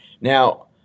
Now